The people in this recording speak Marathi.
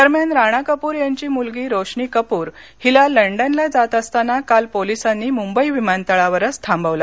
दरम्यान राणा कपूर यांची मुलगी रोशनी कपूर हिला लंडनला जात असतांना काल पोलिसांनी मुंबई विमानतळावरच थांबवलं